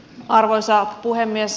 arvoisa puhemies